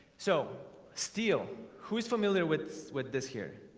so still who is familiar with with this here?